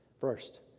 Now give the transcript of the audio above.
First